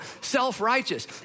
self-righteous